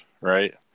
Right